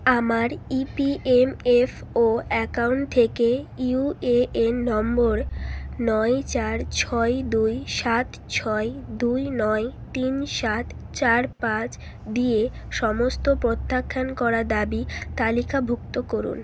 আমার EPFO account থেকে UAN নম্বর নয় চার ছয় দুই সাত ছয় দুই নয় তিন সাত চার পাঁচ দিয়ে সমস্ত প্রত্যাখ্যান করা দাবি তালিকাভুক্ত করুন